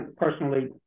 personally